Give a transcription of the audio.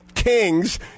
Kings